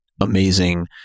amazing